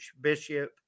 Bishop